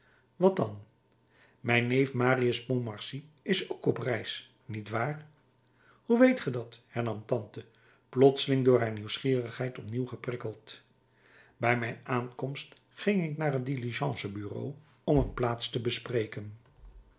wat dan mijn neef marius pontmercy is ook op reis niet waar hoe weet ge dat hernam tante plotseling door haar nieuwsgierigheid opnieuw geprikkeld bij mijn aankomst ging ik naar het diligence bureau om een plaats te bespreken